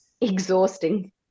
exhausting